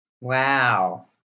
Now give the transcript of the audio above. Wow